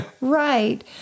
Right